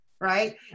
right